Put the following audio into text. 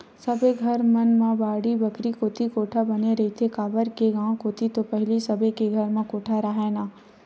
सबे घर मन म बाड़ी बखरी कोती कोठा बने रहिथे, काबर के गाँव कोती तो पहिली सबे के घर म कोठा राहय ना